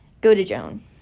Go-to-Joan